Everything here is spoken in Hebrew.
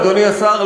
אדוני השר,